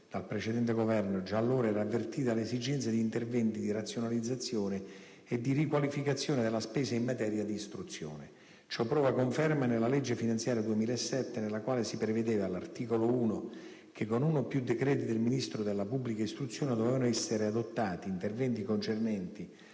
dal precedente Governo, già allora era avvertita l'esigenza di interventi di razionalizzazione e di riqualificazione della spesa in materia di istruzione. Ciò trova conferma nella legge finanziaria 2007 nella quale si prevedeva, all'articolo 1, che con uno o più decreti del Ministro della pubblica istruzione dovevano essere adottati interventi concernenti